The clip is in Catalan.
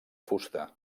fusta